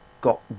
got